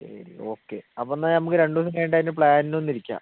ശരി ഓക്കെ അപ്പം എന്നാൽ നമുക്ക് രണ്ടു ദിവസം കഴിഞ്ഞിട്ട് അതിൻ്റെ പ്ലാനിൽ ഒന്നിരിക്കാം